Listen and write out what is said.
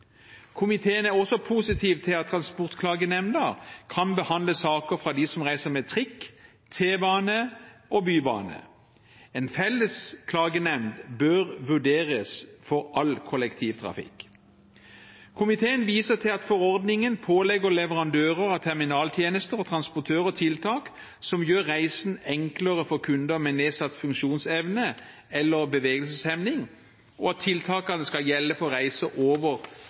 Komiteen er også positiv til at Transportklagenemnda kan behandle saker fra dem som reiser med trikk, T-bane og bybane. En felles klagenemnd bør vurderes for all kollektivtrafikk. Komiteen viser til at forordningen pålegger leverandører av terminaltjenester og transportører tiltak som gjør reisen enklere for kunder med nedsatt funksjonsevne eller bevegelseshemning, og at tiltakene skal gjelde for reiser over